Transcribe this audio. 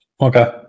Okay